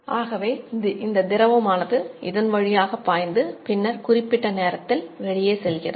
ஆகவே இந்த திரவமானது இதன் வழியாக பாய்ந்து பின்னர் குறிப்பிட்ட நேரத்தில் வெளியே செல்கிறது